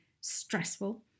stressful